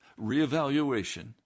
reevaluation